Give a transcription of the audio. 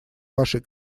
вашей